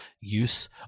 use